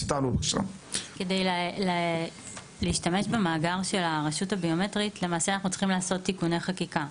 כדי להשתמש במאגר של הרשות הביומטרית אנחנו צריכים לעשות תיקוני חקיקה.